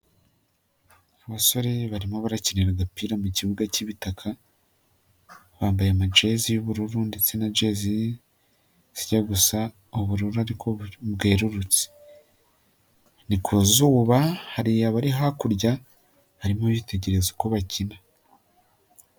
Abasore barimo barakinira agapira mu kibuga cy'ibitaka, bambaye amajezi y'ubururu ndetse na jezi zijya gusa ubururu ariko bwererutse, ni ku zuba, hari abari hakurya, harimo abitegereza uko bakina.